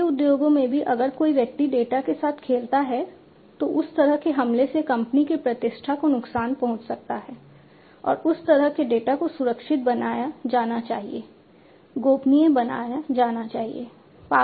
खाद्य उद्योगों में भी अगर कोई व्यक्ति डेटा के साथ खेलता है तो उस तरह के हमले से कंपनी की प्रतिष्ठा को नुकसान पहुंच सकता है और उस तरह के डेटा को सुरक्षित बनाया जाना चाहिए गोपनीय बनाया जाना चाहिए